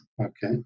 okay